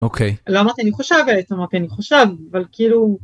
אוקיי למה אני חושבת שאני חושבת אבל כאילו.